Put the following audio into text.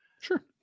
Sure